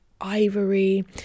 ivory